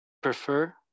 prefer